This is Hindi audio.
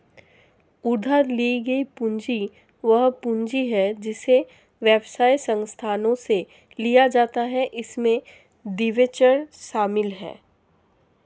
उधार ली गई पूंजी वह पूंजी है जिसे व्यवसाय संस्थानों से लिया जाता है इसमें डिबेंचर शामिल हैं